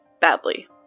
Badly